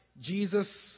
Jesus